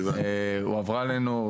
הועברה אלינו.